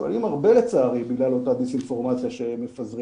ושואלים הרבה לצערי בגלל אותה דיסאינפורמציה שמפזרים.